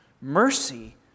Mercy